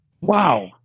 Wow